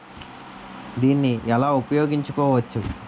దీన్ని ఎలా ఉపయోగించు కోవచ్చు?